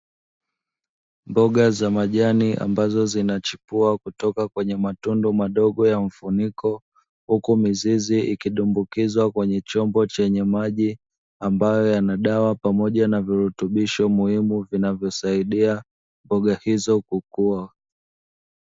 Mboga za majani ambazo zinachipua kutoka kwenye matundu madogo ya mfuniko, huku mizizi ikidumbukizwa kwenye chombo chenye maji ambayo yana dawa pamoja na virutubisho muhimu vinavyosaidia mboga hizo kukua.